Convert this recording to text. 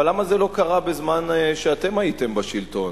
אבל למה זה לא קרה בזמן שאתם הייתם בשלטון?